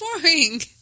boring